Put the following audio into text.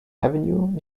avenue